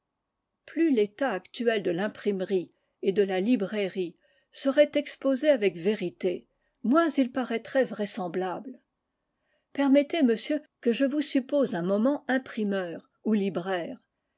plus l'état actuel de l'imprimerie et de la librairie serait exposé avec vérité moins il paraîtrait vraisemblable permettez monsieur que je vous suppose un moment imprimeur ou libraire